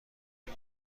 این